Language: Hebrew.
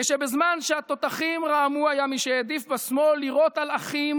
כשבזמן שהתותחים רעמו היו בשמאל מי שהעדיפו לירות על אחים